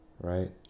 right